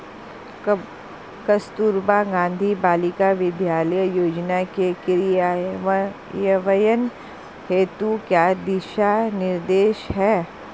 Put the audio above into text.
कस्तूरबा गांधी बालिका विद्यालय योजना के क्रियान्वयन हेतु क्या दिशा निर्देश हैं?